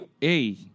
hey